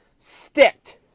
sticked